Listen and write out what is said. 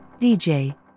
DJ